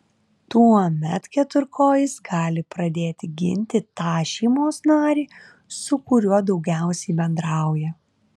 tuomet keturkojis gali pradėti ginti tą šeimos narį su kuriuo daugiausiai bendrauja